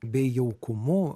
bei jaukumu